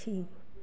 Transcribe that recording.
अच्छी